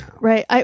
Right